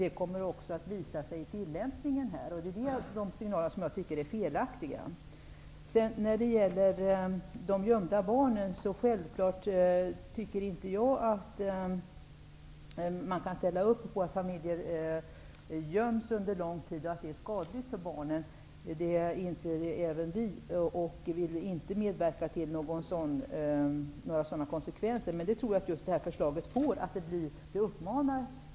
Det kommer också att visa sig vid tillämpningen här. Sådana signaler tycker jag är felaktiga. Så något om de gömda barnen. Självklart tycker jag att det inte går att ställa upp på åtgärder som innebär att familjer göms under en lång tid. Att det är skadligt för barnen inser även vi. Vi vill inte medverka till åtgärder som får sådana konsekvenser, och så tror jag att det förhåller sig beträffande det aktuella förslaget.